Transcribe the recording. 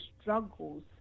struggles